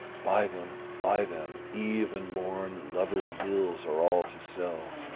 buy them, buy them eve and morn lovers' ills are all to sell.